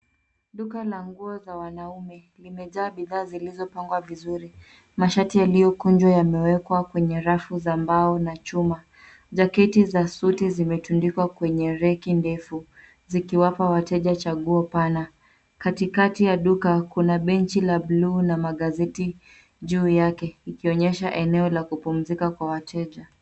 Duka la nguo za wanaume limejaa bidhaa zilizopangwa vizuri. Mashati yaliyokunjwa yamewekwa kwa rafu za mbao na chuma. Jaketi za suti zimetundikwa kwenye reki ndefu zikiwapa wateja chaguo pana. Katikati ya duka kuna bench la bluu na magazeti juu yake ikionyesha eneo la kupumzika kwa wateja.